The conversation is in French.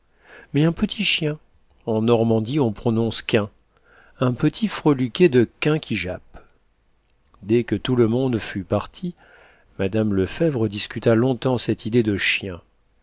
mais un petit chien en normandie on prononce quin un petit freluquet de quin qui jappe dès que tout le monde fut parti mme lefèvre discuta longtemps cette idée de chien